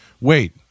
Wait